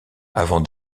avant